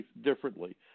differently